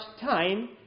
time